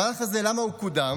המהלך הזה, למה הוא קודם?